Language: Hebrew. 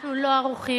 אנחנו לא ערוכים,